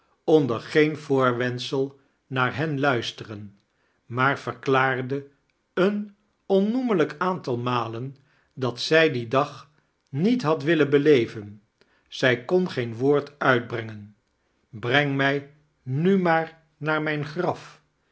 onder geen voorweaodisel naar hen luisteren maar verklaarde eaa onnaemlijk aantal malm dot zij dien dag niet had willen beleven zij kon geen woord uithreingen dan breng mij nu maar naar mijn graf